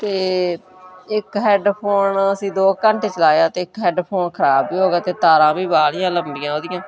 ਅਤੇ ਇੱਕ ਹੈਡਫੋਨ ਅਸੀਂ ਦੋ ਘੰਟੇ ਚਲਾਇਆ ਅਤੇ ਇੱਕ ਹੈਡਫੋਨ ਖਰਾਬ ਵੀ ਹੋ ਗਿਆ ਅਤੇ ਤਾਰਾਂ ਵੀ ਬਾਹਲੀਆਂ ਲੰਬੀਆਂ ਉਹਦੀਆਂ